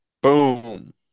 Boom